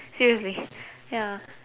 seriously ya